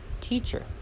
teacher